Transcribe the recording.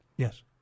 Yes